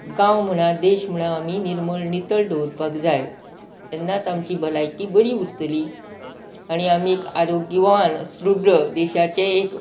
गांव म्हणा देश म्हणा आमी निर्मळ नितळ दवरपाक जाय तेन्नाच आमची भलायकी बरी उरतली आनी आमी आरोग्यवान सदृढ देशाचे एक